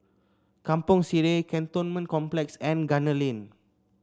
Kampong Sireh Cantonment Complex and Gunner Lane